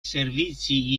servizi